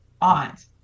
aunt